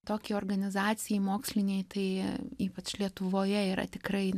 tokiai organizacijai mokslinei tai ypač lietuvoje yra tikrai